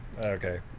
Okay